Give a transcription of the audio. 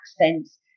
accents